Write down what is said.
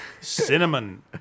Cinnamon